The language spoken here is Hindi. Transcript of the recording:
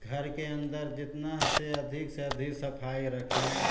घर के अंदर जितना से अधिक से अधिक सफाई रखें